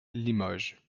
limoges